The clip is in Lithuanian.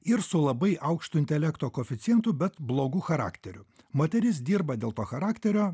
ir su labai aukštu intelekto koeficientu bet blogu charakteriu moteris dirba dėl to charakterio